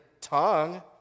tongue